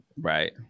right